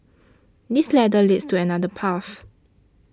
this ladder leads to another path